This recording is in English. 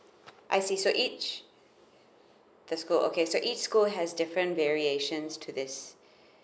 I see so each the school okay so each school has different variations to this